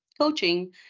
coaching